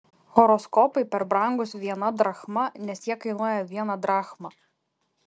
horoskopai per brangūs viena drachma nes jie kainuoja vieną drachmą